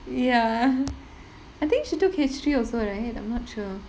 ya I think she took history also right I'm not sure